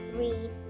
read